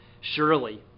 Surely